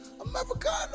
Americano